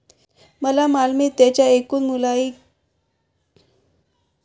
मला मालमत्तेच्या एकूण मूल्याइतके गृहकर्ज मिळू शकेल का?